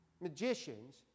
magicians